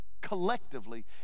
collectively